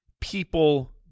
people